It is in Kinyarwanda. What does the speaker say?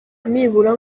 nibura